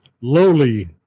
lowly